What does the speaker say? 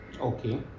Okay